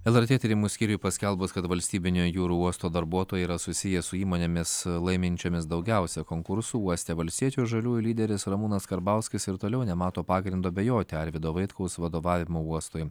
lrt tyrimų skyriui paskelbus kad valstybinio jūrų uosto darbuotojai yra susiję su įmonėmis laiminčiomis daugiausia konkursų uoste valstiečių ir žaliųjų lyderis ramūnas karbauskis ir toliau nemato pagrindo abejoti arvydo vaitkaus vadovavimu uostui